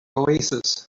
oasis